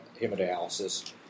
hemodialysis